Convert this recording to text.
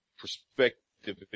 perspective